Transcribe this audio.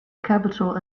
capital